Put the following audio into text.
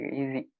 easy